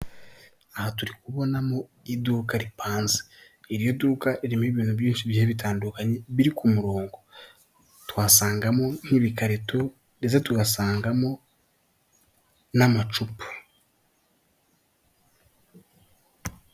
Aha turi kubonamo iduka ripanze iri duka irimo ibintu byinshi bigiye bitandukanye biri ku murongo twahasangamo nk'ibikarito ndetse tugasangamo n'amacupa.